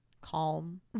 calm